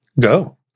Go